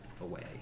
away